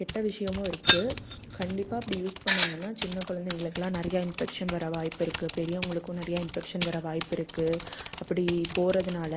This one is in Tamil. கெட்ட விஷயமும் இருக்குது கண்டிப்பாக அப்படி யூஸ் பண்ணாங்கனா சின்ன குழந்தைகளுக்குலாம் நிறையா இன்பெக்க்ஷன் வர வாய்ப்பு இருக்குது பெரியவங்களுக்கும் நிறையா இன்பெக்க்ஷன் வர வாய்ப்பு இருக்குது அப்படி போகிறதுனால